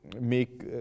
make